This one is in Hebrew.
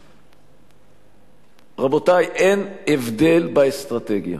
רבותי, אין הבדל באסטרטגיה.